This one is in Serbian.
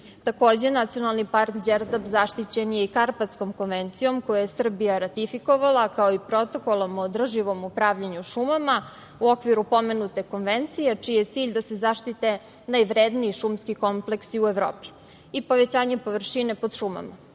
nacionalni park Đerdap zaštićen je i Karpatskom konvencijom, koju je Srbija ratifikovala, kao i Protokolom o održivom upravljanju šumama u okviru pomenute konvencije, čiji je cilj da se zaštite najvredniji šumski kompleksi u Evropi i povećanje površine pod šumama,